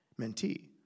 Mentee